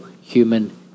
human